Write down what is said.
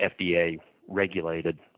FDA-regulated